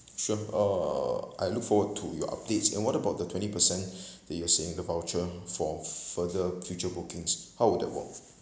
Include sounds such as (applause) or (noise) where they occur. sure uh I look forward to your updates and what about the twenty percent (breath) that you were saying the voucher for further future bookings how would that work